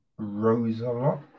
Rosalot